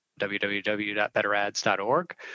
www.betterads.org